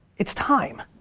it's time.